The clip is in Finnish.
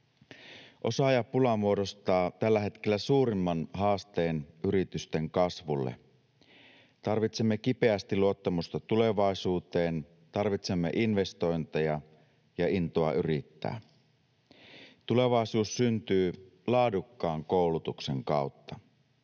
Osaajapula muodostaa tällä hetkellä suurimman haasteen yritysten kasvulle. Tarvitsemme kipeästi luottamusta tulevaisuuteen, tarvitsemme investointeja ja intoa yrittää. Tulevaisuus syntyy laadukkaan koulutuksen kautta.